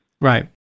right